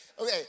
Okay